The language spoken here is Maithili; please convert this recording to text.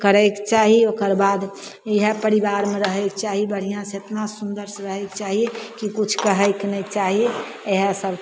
करै कऽ चाही ओकरबाद इहए परिबारमे रहै कऽ चाही बढ़िआँ से एतना सुन्दरसँ रहै कऽ चाही कि किछु कहैके नहि चाही इहए सब